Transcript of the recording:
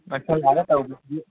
ꯅꯛꯁꯜꯂꯒ ꯇꯧꯕꯁꯤꯗꯤ